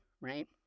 right